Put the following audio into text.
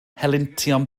helyntion